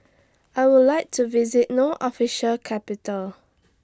I Would like to visit No Official Capital